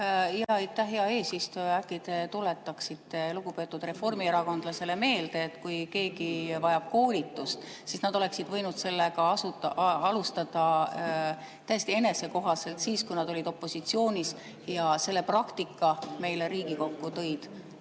hea eesistuja! Äkki te tuletaksite lugupeetud reformierakondlasele meelde, et kui keegi vajab koolitust, siis nad oleksid võinud sellega alustada täiesti enesekohaselt siis, kui nad olid opositsioonis ja selle praktika meile Riigikokku tõid?